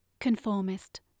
Conformist